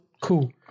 cool